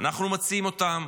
אנחנו מציעים אותם,